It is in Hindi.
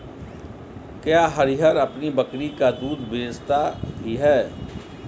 क्या हरिहर अपनी बकरी का दूध बेचता भी है?